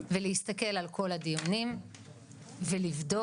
ולהסתכל על כל הדיונים ולבדוק.